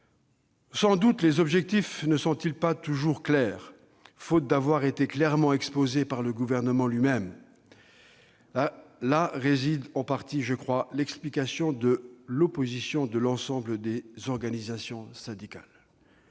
Sans doute les objectifs ne sont-ils pas toujours clairs, faute d'avoir été nettement exposés par le Gouvernement lui-même. Là réside en partie, je crois, l'explication à l'opposition de l'ensemble des organisations syndicales.